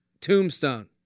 tombstone